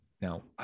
Now